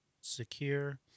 secure